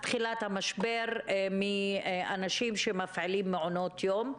תחילת המשבר מאנשים שמפעילים מעונות יום.